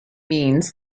means